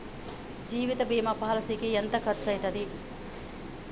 జీవిత బీమా పాలసీకి ఎంత ఖర్చయితది?